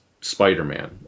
Spider-Man